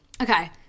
okay